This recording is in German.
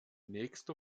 nächster